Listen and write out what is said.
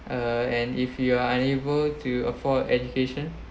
uh and if you are unable to afford education